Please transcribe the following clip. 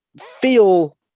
feel